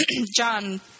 John